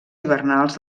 hivernals